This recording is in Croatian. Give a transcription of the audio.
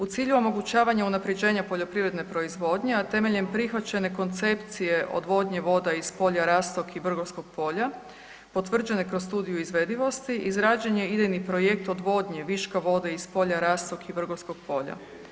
U cilju omogućavanja unapređenja poljoprivredne proizvodnje a temeljem prihvaćene koncepcije odvodnje voda iz polja Rastok i Vrgorskog polja potvrđene kroz studiju izvedivosti izrađen je idejni projekt odvodnje viška vode iz polja Rastok i Vrgorskog polja.